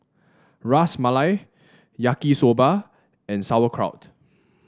Ras Malai Yaki Soba and Sauerkraut